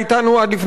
דני אילון,